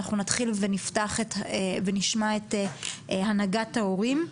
אנחנו נתחיל ונשמע את הנהגת ההורים,